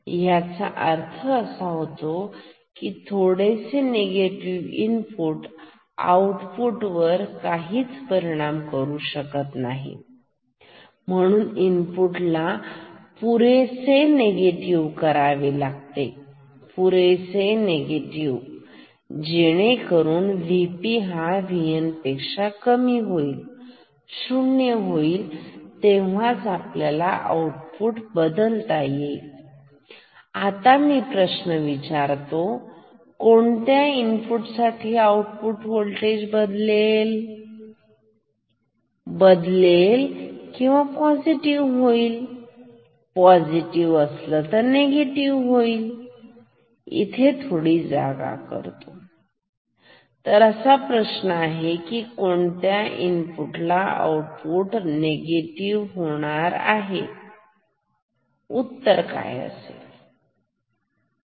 याचा अर्थ असा होतो की थोडेसे निगेटिव्ह इनपुट आउटपुट वर काहीही परिणाम करू शकत नाही म्हणून इनपुटला पुरेसे निगेटिव्ह करावे लागेल पुरेसे निगेटिव्ह जेणेकरून VP हा VNपेक्षा कमी होईल शून्य होईल तेव्हाच आउटपुट बदलू शकेल तर मी प्रश्न विचारतो कोणत्या इनपुट साठी आउटपुट वोल्टेज बदलेल बदलेल किंवा पॉझिटिव्ह होईल पॉझिटिव्ह असल्यास निगेटिव्ह होईल इथे थोडी जागा करतो तर प्रश्न असा आहे कोणत्या इनपुटला आउटपुट निगेटिव्ह होईल उत्तर काय असेल उत्तर